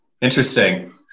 interesting